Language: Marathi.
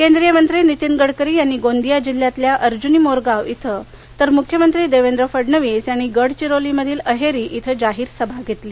केंद्रीय मंत्री नितीन गडकरी यांनी गोंदिया जिल्ह्यातील अर्जुनी मोरगाव इथं तर मुख्यमंत्री देवेंद्र फडणवीस यांनी गडविरोलीमध्ये अहेरी इथं जाहीर सभा घेतली